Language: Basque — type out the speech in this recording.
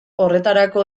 horretarako